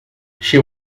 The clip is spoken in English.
she